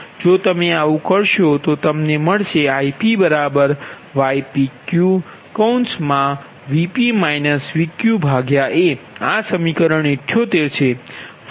જો તમે આવું કરો છો તો તમને મળશે IpypqVp Vq a આ સમીકરણ 78 છે